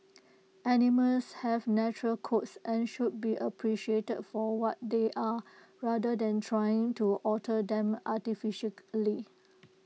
animals have natural coats and should be appreciated for what they are rather than trying to alter them artificially